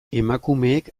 emakumeek